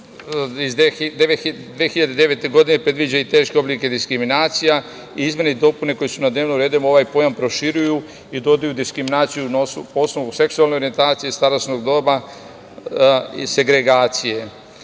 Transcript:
iz 2009. godine predviđa i teške oblike diskriminacija, izmene i dopune koje su na dnevnom redu ovaj pojam proširuju i dodaju diskriminaciju po osnovu seksualne orijentacije, starosnog doba, i segregacije. Član